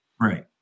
right